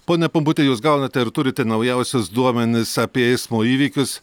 pone pumputi jūs gaunate ir turite naujausius duomenis apie eismo įvykius